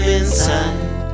inside